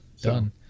done